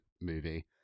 movie